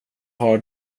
har